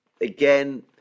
again